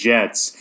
Jets